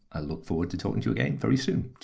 i look forward to talking to you again very soon.